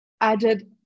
added